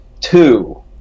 two